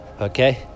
okay